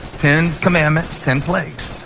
ten commandments ten plagues.